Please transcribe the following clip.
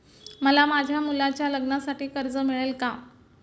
मला माझ्या मुलाच्या लग्नासाठी कर्ज मिळेल का?